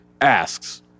asks